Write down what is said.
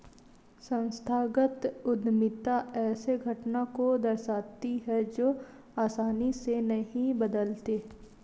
संस्थागत उद्यमिता ऐसे घटना को दर्शाती है जो आसानी से नहीं बदलते